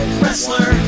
wrestler